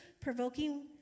provoking